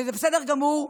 וזה בסדר גמור,